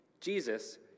Jesus